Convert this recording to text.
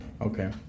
Okay